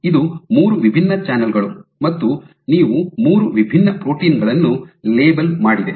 ಇದು ಮೂರು ವಿಭಿನ್ನ ಚಾನಲ್ ಗಳು ಮತ್ತು ನೀವು ಮೂರು ವಿಭಿನ್ನ ಪ್ರೋಟೀನ್ ಗಳನ್ನು ಲೇಬಲ್ ಮಾಡಿದೆ